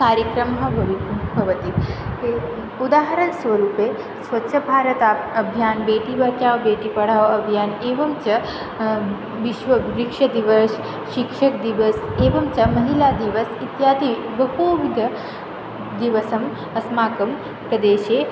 कार्यक्रमः भवितुं भवति उदाहरण्स्वरूपेण स्वच्चभारताभियानं बेटी बचाव् बेटी पढाओ अभियानम् एवं च विश्ववृक्षदिवसः शिक्षकदिवसः एवं च महिलादिवसः इत्यादि बहुविद दिवसाः अस्माकं प्रदेशे